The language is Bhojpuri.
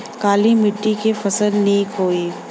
काली मिट्टी क फसल नीक होई?